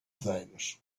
things